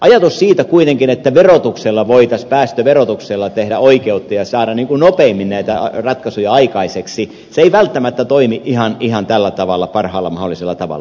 ajatus siitä kuitenkin että päästöverotuksella voitaisiin tehdä oikeutta ja saada nopeammin näitä ratkaisuja aikaiseksi ei välttämättä toimi ihan tällä tavalla parhaalla mahdollisella tavalla